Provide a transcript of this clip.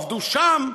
עבדו שם,